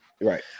Right